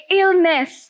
illness